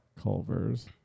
Culver's